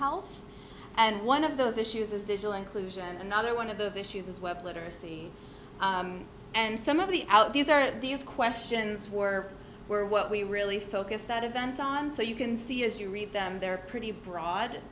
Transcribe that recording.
health and one of those issues is digital inclusion another one of those issues as well literacy and some of the out these are these questions were were what we really focused that event on so you can see as you read them they're pretty broad